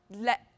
let